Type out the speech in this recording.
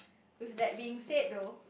with that being said though